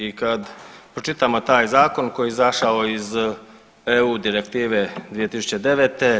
I kad pročitamo taj zakon koji je izašo iz EU direktive 2009.